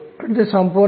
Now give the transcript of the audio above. mR2అంటే ఏమిటి